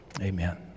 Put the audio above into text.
Amen